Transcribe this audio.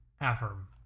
Affirm